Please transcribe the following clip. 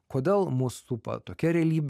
kodėl mus supa tokia realybė